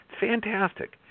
Fantastic